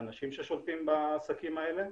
האנשים ששולטים בעסקים האלה,